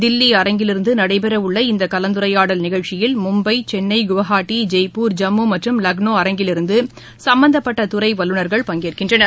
தில்லி அரங்கிலிருந்துநடைபெறவுள்ள இந்தகலந்துரையாடல் நிகழ்ச்சியில் மும்பை சென்னை ஹவுகாத்தி ஜெய்ப்பூர் ஜம்முமற்றும் லக்னோ அரங்கிலிருந்துசம்பந்தப்பட்டதுறைவல்லுநர்கள் பங்கேற்கின்றனர்